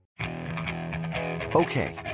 Okay